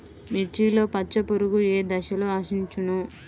మిర్చిలో పచ్చ పురుగు ఏ దశలో ఆశించును?